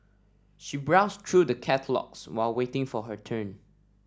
she browsed through the catalogues while waiting for her turn